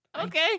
Okay